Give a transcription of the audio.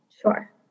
sure